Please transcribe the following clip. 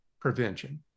prevention